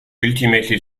ultimately